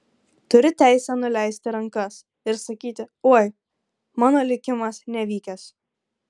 turi teisę nuleisti rankas ir sakyti oi mano likimas nevykęs